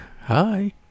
Hi